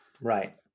Right